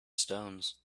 stones